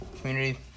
community